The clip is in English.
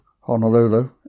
Honolulu